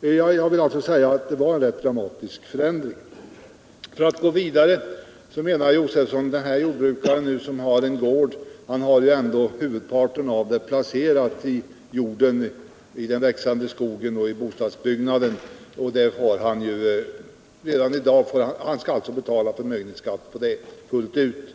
Jag vill alltså hävda att det är en rätt dramatisk förändring som föreslås. Låt mig gå vidare. Herr Josefson säger att en jordbrukare som har en gård har huvudparten av sin förmögenhet placerad i jorden, i den växande skogen och i bostadsbyggnaden och att han får betala förmögenhetsskatt på det, fullt ut.